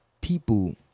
people